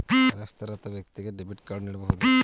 ಅನಕ್ಷರಸ್ಥ ವ್ಯಕ್ತಿಗೆ debit card ನೀಡಬಹುದೇ?